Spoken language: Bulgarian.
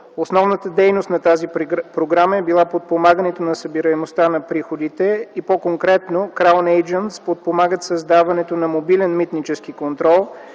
Основната дейност на тази програма е била подпомагането на събираемостта на приходите и по-конкретно „Краун Eйджънтс” подпомагат създаването на мобилен митнически контрол,